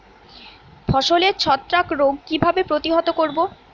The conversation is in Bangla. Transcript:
ফসলের ছত্রাক রোগ কিভাবে প্রতিহত করব?